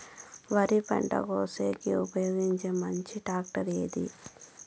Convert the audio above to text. వరి పంట కోసేకి ఉపయోగించే మంచి టాక్టర్ ఏది?